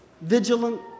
Vigilant